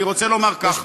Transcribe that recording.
אני רוצה לומר ככה: